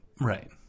Right